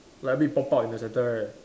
like a bit pop out in the centre right